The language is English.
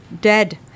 dead